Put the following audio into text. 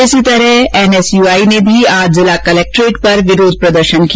इसी तरह एनएयूआई ने भी आज जिला कलेक्ट्रेट पर विरोध प्रदर्शन किया